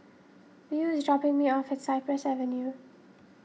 Beau is dropping me off at Cypress Avenue